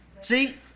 See